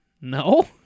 No